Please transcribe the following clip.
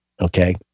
okay